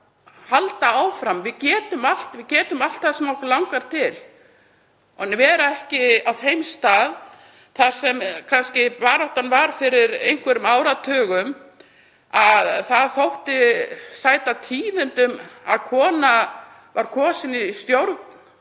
halda áfram. Við getum allt það sem okkur langar til. Við viljum ekki vera á þeim stað þar sem baráttan var fyrir einhverjum áratugum og það þótti sæta tíðindum að kona væri kosin í stjórn.